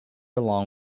along